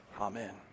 Amen